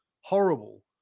horrible